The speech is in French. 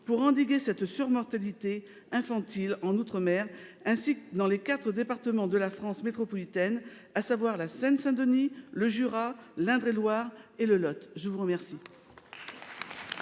pour endiguer cette surmortalité infantile en outre-mer, ainsi que dans quatre départements de la France métropolitaine, à savoir la Seine-Saint-Denis, le Jura, l'Indre-et-Loire et le Lot ? La parole